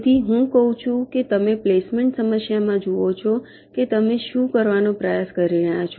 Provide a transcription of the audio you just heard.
તેથી હું કહું છું કે તમે પ્લેસમેન્ટ સમસ્યામાં જુઓ છો કે તમે શું કરવાનો પ્રયાસ કરી રહ્યાં છો